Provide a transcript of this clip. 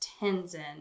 Tenzin